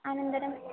अनन्तरम्